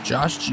Josh